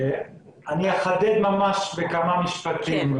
אני אחדד ממש בכמה משפטים.